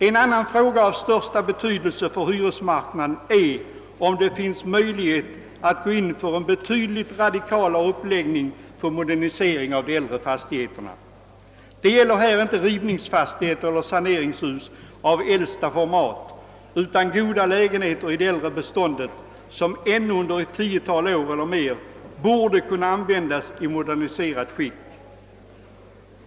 En annan fråga av största betydelse för hyresmarknaden är, om det inte finns möjlighet att gå in för en betydligt mera radikal uppläggning för modernisering av de äldre fastigheterna. Det gäller här inte rivningsfastigheter eller saneringshus av äldsta format, utan det gäller goda lägenheter i det äldre beståndet som under ytterligare ett tiotal år eller mera borde kunna användas i moderniserat skick.